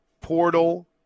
portal